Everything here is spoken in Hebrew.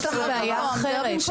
יש כאן בעיה אחרת.